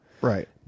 right